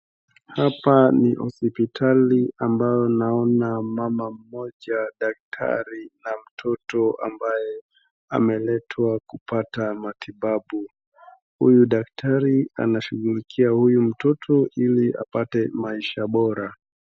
Hapa ni hosipitali ambao naona mama mmoja, daktari na mtoto ambaye ameletwa kupata matibabu, huyu daktari anashughulikia huyu mtoto ili apate maisha bora.